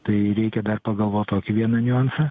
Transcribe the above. tai reikia dar pagalvot tokį vieną niuansą